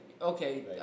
okay